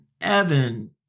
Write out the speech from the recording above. evan